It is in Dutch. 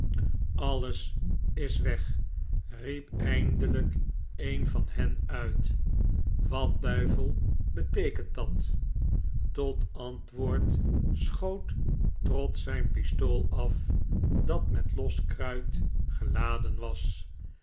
alles is weg riep eindelijk een van hen uit wat duivel beteekent dat tot antwoord schoot trott zijn pistool af dat met los kruit geladen was